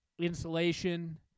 insulation